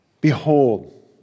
Behold